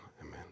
Amen